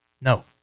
No